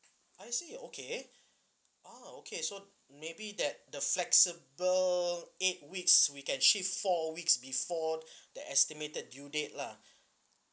I see okay ah okay so maybe that the flexible eight weeks we can shift four weeks before the estimated due date lah